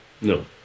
no